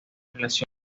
reacción